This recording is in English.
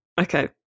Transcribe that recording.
Okay